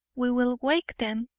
we will wake them,